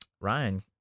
Ryan